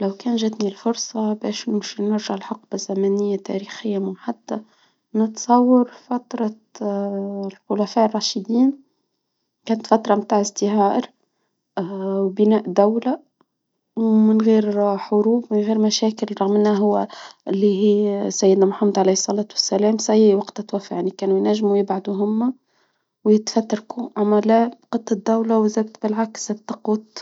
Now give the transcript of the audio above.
لو كان جاتني الفرشة باش نمشي نرجع الحقبة ثمانية تاريخية محددة، نتصور فترة الخلفاء الراشدين، كانت فترة بتعيش فيها ارض، وبناء دولة، ومن غير حروب من غير مشاكل إللي عملناها هو إللي هي سيدنا محمد عليه السلام في أي وقت اتوفى يعني كانوا ينجمو يبعتو هما، ويتفترقو الدولة وجات بالعكس.